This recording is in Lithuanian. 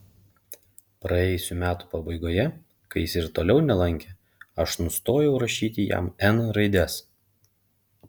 praėjusių metų pabaigoje kai jis ir toliau nelankė aš nustojau rašyti jam n raides